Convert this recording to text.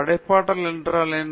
படைப்பாற்றல் என்ன